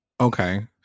Okay